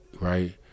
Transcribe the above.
right